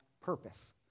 purpose